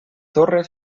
torre